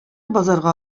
базарга